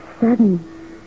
sudden